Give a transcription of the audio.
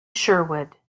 sherwood